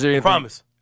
Promise